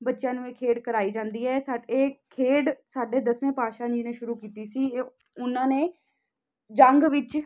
ਬੱਚਿਆਂ ਨੂੰ ਇਹ ਖੇਡ ਕਰਵਾਈ ਜਾਂਦੀ ਹੈ ਇਹ ਖੇਡ ਸਾਡੇ ਦਸਵੇਂ ਪਾਤਸ਼ਾਹ ਜੀ ਨੇ ਸ਼ੁਰੂ ਕੀਤੀ ਸੀ ਇਹ ਉਹਨਾਂ ਨੇ ਜੰਗ ਵਿੱਚ